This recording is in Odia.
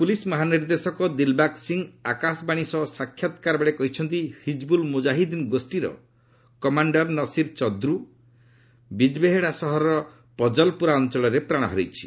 ପ୍ରଲିସ୍ ମହାନିର୍ଦ୍ଦେଶକ ଦିଲ୍ବାଗ ସିଂ ଆକାଶବାଣୀ ସହ ସାକ୍ଷାତକାରବେଳେ କହିଛନ୍ତି ହିଜିବୁଲ୍ ମୁଜାହିଦିନ୍ ଗୋଷୀର କମାଣ୍ଡର ନସିର୍ ଚଦ୍ର ବିଜ୍ବେହେଡ଼ା ସହରର ପଜଲ୍ପୁରା ଅଞ୍ଚଳରେ ପ୍ରାଣ ହରାଇଛି